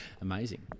Amazing